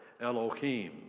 Elohim